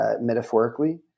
metaphorically